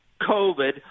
COVID